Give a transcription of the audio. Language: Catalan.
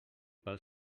pel